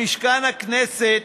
במשכן הכנסת,